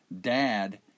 dad